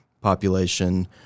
population